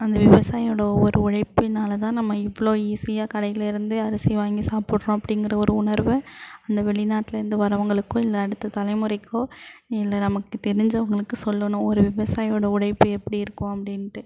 அந்த விவசாயியோடய ஒவ்வொரு உழைப்பினால்தான் நம்ம இவ்வளோ ஈஸியாக கடைலேயிருந்தே அரிசி வாங்கி சாப்பிட்றோம் அப்படிங்குற ஒரு உணர்வு அந்த வெளிநாட்டில் இருந்து வரவங்களுக்கோ இல்லை அடுத்த தலைமுறைக்கோ இல்லை நமக்கு தெரிஞ்சவங்களுக்குச் சொல்லணும் ஒரு விவசாயியோடய உழைப்பு எப்படி இருக்கும் அப்படின்ட்டு